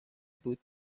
بود